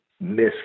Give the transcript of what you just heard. miss